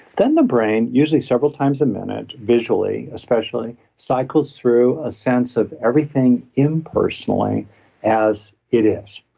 then the brain usually several times a minute visually especially cycles through a sense of everything impersonally as it is,